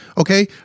Okay